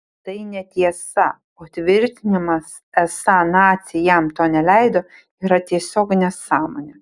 tai netiesa o tvirtinimas esą naciai jam to neleido yra tiesiog nesąmonė